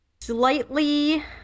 slightly